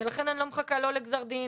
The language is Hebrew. ולכן אני לא מחכה לא לגזר דין,